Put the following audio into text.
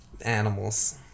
animals